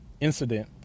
incident